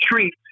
treat